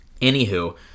anywho